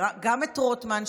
גם את רוטמן,